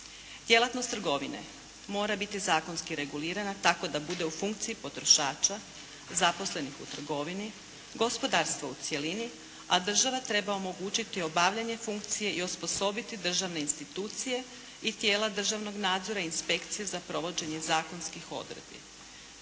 Djelatnost trgovine mora biti zakonski regulirana tako da bude u funkciji potrošača zaposlenih u trgovini, gospodarstvo u cjelini, a država treba omogućiti obavljanje funkcije i osposobiti državne institucije i tijela državnog nadzora i inspekcije za provođenje zakonskih odredbi.